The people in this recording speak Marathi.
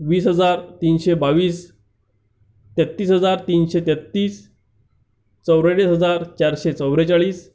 वीस हजार तीनशे बावीस तेहत्तीस हजार तीनशे तेहत्तीस चौऱ्याण्णव हजार चारशे चौवेचाळीस